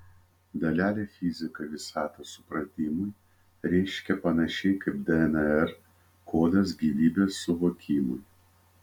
dalelių fizika visatos supratimui reiškia panašiai kaip dnr kodas gyvybės suvokimui